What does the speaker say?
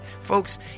Folks